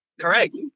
Correct